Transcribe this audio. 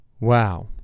Wow